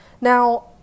Now